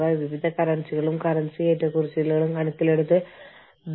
ഇമിഗ്രേഷനും വിസയ്ക്കും വേണ്ടിയുള്ള നിയമങ്ങൾ നമുക്കുണ്ടാകാം